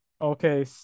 okay